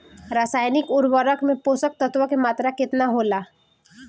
रसायनिक उर्वरक मे पोषक तत्व के मात्रा केतना होला?